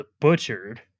butchered